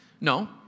No